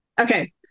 Okay